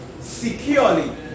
securely